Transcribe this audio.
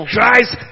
Christ